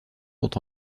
sont